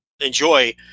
enjoy